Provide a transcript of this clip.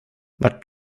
vart